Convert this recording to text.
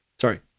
sorry